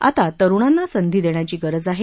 आता तरुणांना संधी देण्याची गरज आहे